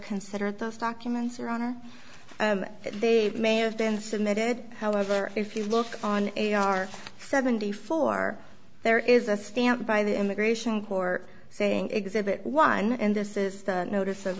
considered those documents are on or they may have been submitted however if you look on a are seventy four there is a stamp by the immigration court saying exhibit one and this is the notice of